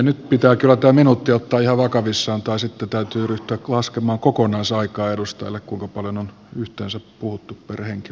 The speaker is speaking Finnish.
nyt pitää kyllä tämä minuutti ottaa ihan vakavissaan tai sitten täytyy ryhtyä laskemaan kokonaisaikaa edustajille kuinka paljon on yhteensä puhuttu per henkilö